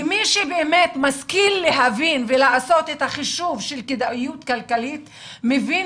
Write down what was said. ומי שבאמת משכיל להבין ולעשות את החישוב של כדאיות כלכלית מבין